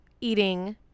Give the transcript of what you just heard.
eating